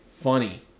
funny